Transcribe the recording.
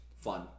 Fun